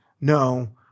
No